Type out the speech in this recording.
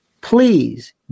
please